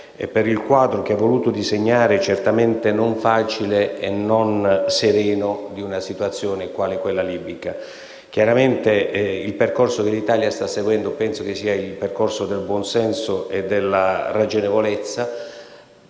e per il quadro che ha voluto disegnare, certamente non facile e non sereno, di una situazione come quella libica. Ritengo che il percorso che l'Italia sta seguendo sia quello del buon senso e della ragionevolezza